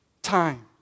Time